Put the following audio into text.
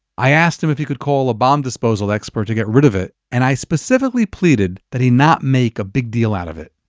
i asked him if he could call a bomb disposal expert to get rid of it and i specifically pleaded that he not to make a big deal out of it.